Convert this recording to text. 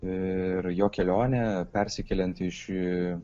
ir jo kelionė persikeliant iš